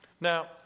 Now